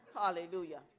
Hallelujah